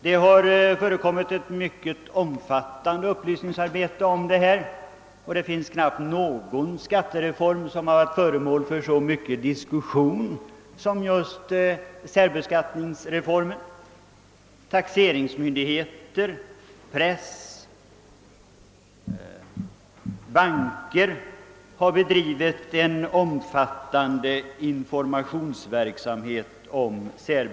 Det har förekommit ett mycket omfattande upplysningsarbete, och knappast någon skattereform har varit föremål för så mycken diskussion som just särbeskattningsreformen. ”Taxeringsmyndigheter, press och banker har bedrivit en omfattande informationsverksamhet.